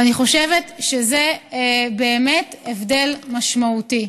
ואני חושבת שזה באמת הבדל משמעותי.